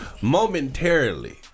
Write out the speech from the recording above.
Momentarily